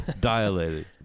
dilated